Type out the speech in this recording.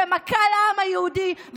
זה מכה לעם היהודי,